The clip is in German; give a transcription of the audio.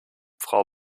frau